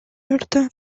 bertan